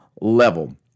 level